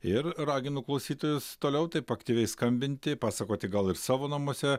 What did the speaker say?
ir raginu klausytojus toliau taip aktyviai skambinti pasakoti gal ir savo namuose